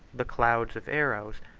the clouds of arrows,